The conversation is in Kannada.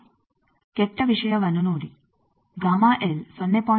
ಈಗ ಕೆಟ್ಟ ವಿಷಯವನ್ನು ನೋಡಿ 0